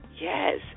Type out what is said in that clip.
yes